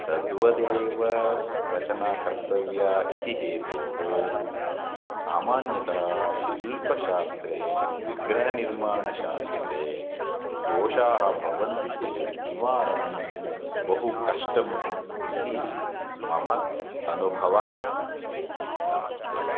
तद्वदेव रचना कर्तव्या इति हेतोः सामान्यतः शिल्पशास्त्रे विग्रहनिर्माणशास्त्रे दोषाः भवन्ति चेत् निवारणं बहु कष्टम् इति मम अनुभवः नमस्ते